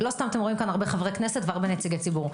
לא סתם אתם רואים כאן הרבה חברי כנסת והרבה נציגי ציבור.